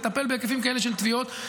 לטפל בהיקפים כאלה של תביעות,